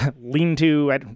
lean-to